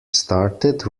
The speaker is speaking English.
started